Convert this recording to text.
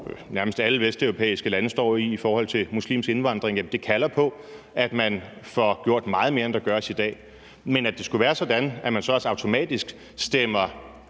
nærmest alle vesteuropæiske lande står med i forhold til muslimsk indvandring, kalder på, at man får gjort meget mere, end der gøres i dag. Men skal det så være sådan, at man så også automatisk stemmer